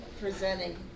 presenting